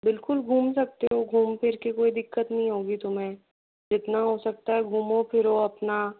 बिल्कुल घूम सकते हो घूम फिर के कोई दिक्कत नहीं होगी तुम्हें जितना हो सकता है घूमो फिरो अपना